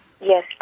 Yes